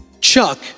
Chuck